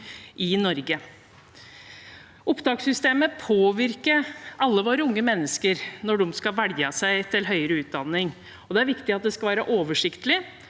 i Norge. Opptakssystemet påvirker alle våre unge mennesker når de skal velge seg til høyere utdanning. Det er viktig at det skal være oversiktlig,